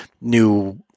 new